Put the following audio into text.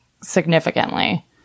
significantly